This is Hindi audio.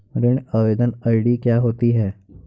ऋण आवेदन आई.डी क्या होती है?